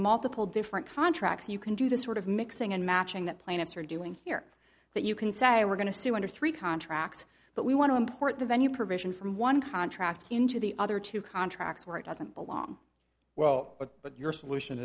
multiple different contracts you can do this sort of mixing and matching that plaintiffs are doing here that you can say we're going to sue under three contracts but we want to import the venue provision from one contract into the other two contracts where it doesn't belong well but your solution